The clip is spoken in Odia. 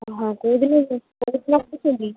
ହଁ କେଉଁଦିନ କେଉଁଦିନ ଆସୁଛନ୍ତି